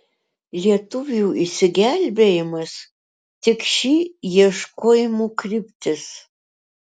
lietuvių išsigelbėjimas tik ši ieškojimų kryptis